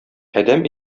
адәм